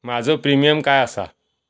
माझो प्रीमियम काय आसा?